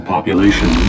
population